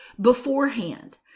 beforehand